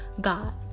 God